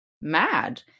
mad